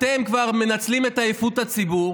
אתם כבר מנצלים את עייפות הציבור,